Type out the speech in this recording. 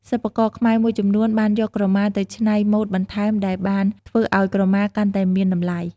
សិប្បករខ្មែរមួយចំនួនបានយកក្រមាទៅច្នៃម៉ូដបន្ថែមដែលបានធ្វើឱ្យក្រមាកាន់តែមានតម្លៃ។